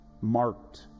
marked